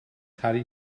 harry